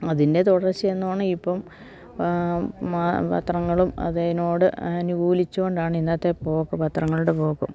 അതിൻ്റെ തുടർച്ചയെന്നോണം ഇപ്പം പത്രങ്ങളും അതിനോട് അനുകൂലിച്ചു കൊണ്ടാണ് ഇന്നത്തെ പോക്കും പത്രങ്ങളുടെ പോക്കും